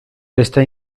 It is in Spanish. esta